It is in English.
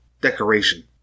decoration